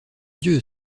dieu